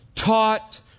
Taught